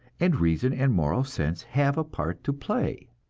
and reason and moral sense have a part to play.